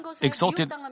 exalted